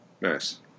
Nice